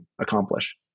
accomplish